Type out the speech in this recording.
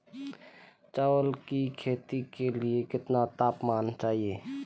चावल की खेती के लिए कितना तापमान चाहिए?